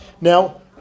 Now